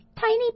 tiny